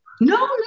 No